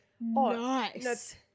nice